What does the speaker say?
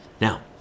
now